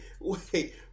wait